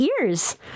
ears